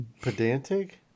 Pedantic